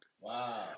Wow